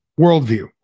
worldview